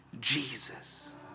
Jesus